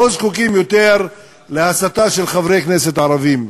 לא זקוקים יותר להסתה של חברי כנסת ערבים.